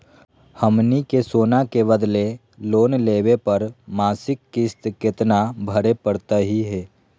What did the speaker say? हमनी के सोना के बदले लोन लेवे पर मासिक किस्त केतना भरै परतही हे?